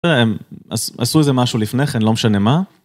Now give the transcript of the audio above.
תראה, הם עשו איזה משהו לפני כן, לא משנה מה.